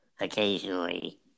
occasionally